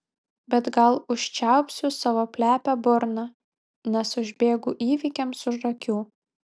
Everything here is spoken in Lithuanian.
bet gal užčiaupsiu savo plepią burną nes užbėgu įvykiams už akių